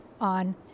on